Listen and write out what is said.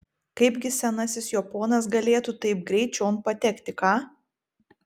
kaipgi senasis jo ponas galėtų taip greit čion patekti ką